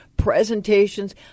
presentations